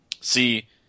see